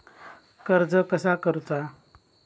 कर्ज कसा करूचा?